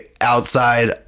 outside